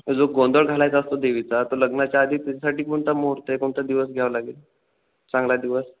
जो गोंधळ घालायचा असतो देवीचा तो लग्नाच्या आधी त्याच्यासाठी कोणता मुहूर्त आहे कोणता दिवस घ्यावं लागेल चांगला दिवस